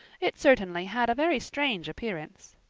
it certainly had a very strange appearance.